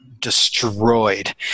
destroyed